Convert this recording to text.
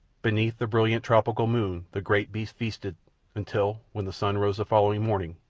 beneath the brilliant tropic moon the great beast feasted until, when the sun rose the following morning,